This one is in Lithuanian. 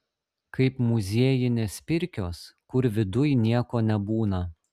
kaip muziejinės pirkios kur viduj nieko nebūna